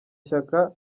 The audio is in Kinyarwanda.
shyaka